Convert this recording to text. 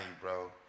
bro